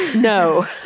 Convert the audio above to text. no!